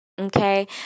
Okay